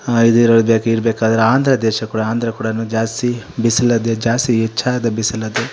ಹಾಂ ಇದಿರೋದು ಬೇಕು ಇರ್ಬೆಕಾದ್ರೆ ಆಂಧ್ರ ದೇಶ ಕೂಡ ಆಂಧ್ರ ಕೂಡನೂ ಜಾಸ್ತಿ ಬಿಸಿಲಿದೆ ಜಾಸ್ತಿ ಹೆಚ್ಚಾದ ಬಿಸಿಲದು